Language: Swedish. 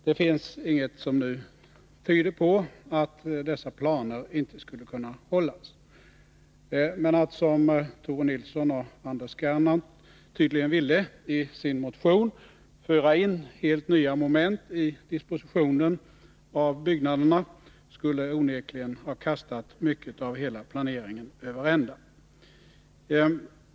Det finns inget som nu tyder på att dessa planer inte skulle kunna hållas. Men att, som Tore Nilsson och Anders Gernandt tydligen vill i sin motion, föra in helt nya moment i dispositionen av byggnaderna, skulle Nr 108 onekligen ha kastat mycket av hela planeringen över ända.